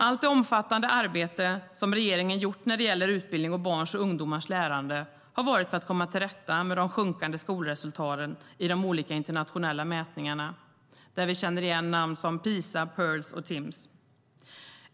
Allt det omfattande arbete regeringen gjort när det gäller utbildning och barns och ungdomars lärande har varit för att komma tillrätta med de sjunkande skolresultaten i de olika internationella mätningar där vi känner igen namn som Pisa, Pirls och Timss.